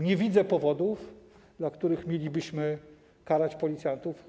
Nie widzę powodów, dla których mielibyśmy karać policjantów.